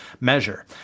measure